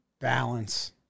Balance